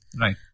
Right